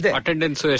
attendance